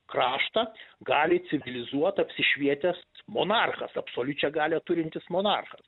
kraštą gali civilizuot apsišvietęs monarchas absoliučią galią turintis monarchas